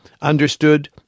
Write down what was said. understood